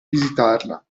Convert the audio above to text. visitarla